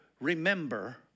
remember